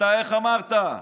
איך אמרת?